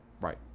right